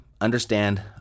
understand